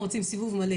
תקווה.